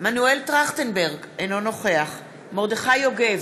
מנואל טרכטנברג, אינו נוכח מרדכי יוגב,